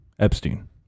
Epstein